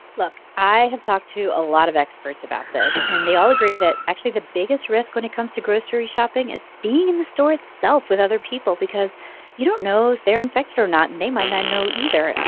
look i have talked to a lot of experts about this, and they all agree that, actually, the biggest risk when it comes to grocery shopping is being in the store itself with other people because you don't know if they're infected or not, and they might not know, either.